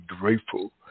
grateful